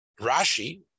Rashi